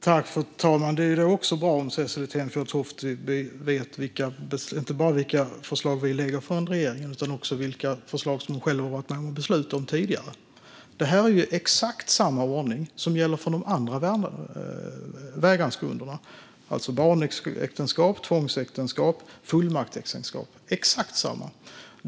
Fru talman! Det är bra om Cecilie Tenfjord Toftby vet inte bara vilka förslag vi från regeringen lägger fram utan också vilka förslag hon själv varit med och beslutat om tidigare. Detta är ju exakt samma ordning som gäller för de andra vägransgrunderna, alltså barnäktenskap, tvångsäktenskap och fullmaktsäktenskap.